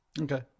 Okay